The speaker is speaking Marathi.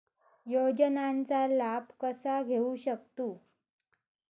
योजनांचा लाभ कसा घेऊ शकतू?